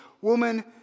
woman